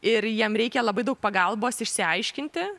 ir jiem reikia labai daug pagalbos išsiaiškinti